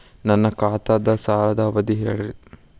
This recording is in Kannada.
ನನ್ನ ಖಾತಾದ್ದ ಸಾಲದ್ ಅವಧಿ ಹೇಳ್ರಿ